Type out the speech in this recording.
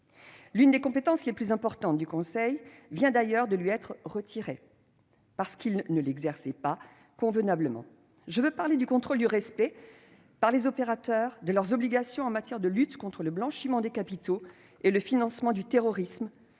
L'une des compétences les plus importantes du Conseil vient d'ailleurs de lui être retirée, parce qu'il ne l'exerçait pas convenablement : je veux parler du contrôle du respect, par les opérateurs, de leurs obligations en matière de lutte contre le blanchiment des capitaux et le financement du terrorisme,